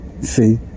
see